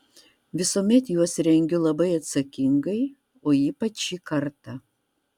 visuomet juos rengiu labai atsakingai o ypač šį kartą